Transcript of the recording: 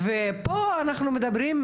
ופה אנחנו מדברים,